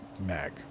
mag